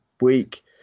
week